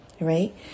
right